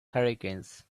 hurricanes